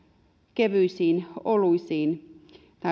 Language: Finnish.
kevyisiin oluihin